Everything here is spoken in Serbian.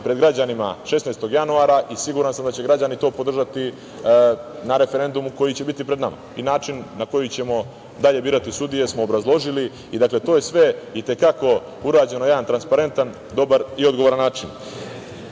pred građanima 16. januara i siguran sam da će građani to podržati na referendumu koji će biti pred nama. Način na koji ćemo dalje birati sudije smo obrazložili i to je sve i te kako urađeno na jedan transparentan, dobar i odgovoran način.